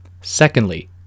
Secondly